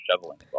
shoveling